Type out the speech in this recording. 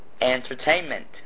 entertainment